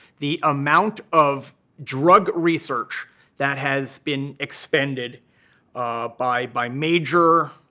the amount of drug research that has been expended by by major,